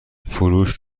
فروش